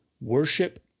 worship